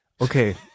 okay